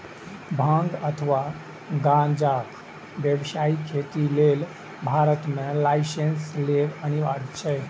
भांग अथवा गांजाक व्यावसायिक खेती लेल भारत मे लाइसेंस लेब अनिवार्य छै